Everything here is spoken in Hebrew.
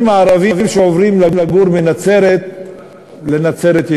הערבים שעוברים לגור מנצרת לנצרת-עילית,